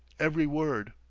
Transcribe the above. every word.